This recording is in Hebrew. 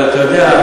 אבל אתה יודע,